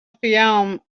fayoum